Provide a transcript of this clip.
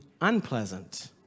unpleasant